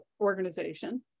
organization